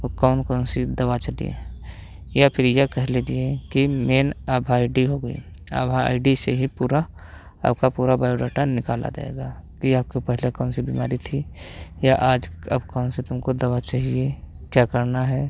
वो कौन कौन सी दवा चली है या फिर यह कह लीजिए कि मेन आभा आई डी हो गई आभा आई डी से ही पूरा आपका पूरा बायोडाटा निकाला जाएगा कि आपको पहले कौन सी बीमारी थी या आज अब कौन सी तुमको दवा चाहिए क्या करना है